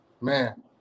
man